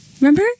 Remember